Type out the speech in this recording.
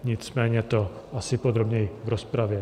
Nicméně to asi podrobněji v rozpravě.